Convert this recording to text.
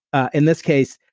in this case,